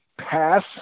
pass